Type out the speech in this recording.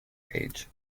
page